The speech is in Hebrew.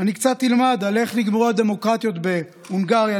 אני קצת אלמד איך נגמרות הדמוקרטיות בהונגריה,